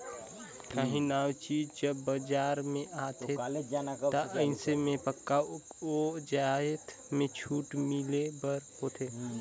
काहीं नावा चीज जब बजार में आथे ता अइसन में पक्का ओ जाएत में छूट मिले बर होथे